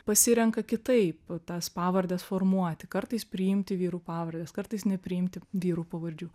pasirenka kitaip tas pavardes formuoti kartais priimti vyrų pavardes kartais nepriimti vyrų pavardžių